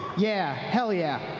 yeah. hell yeah.